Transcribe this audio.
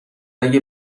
اگه